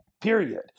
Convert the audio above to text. period